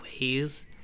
ways